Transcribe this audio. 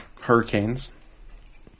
hurricanes